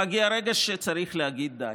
מגיע רגע שצריך להגיד די,